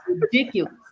ridiculous